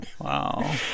Wow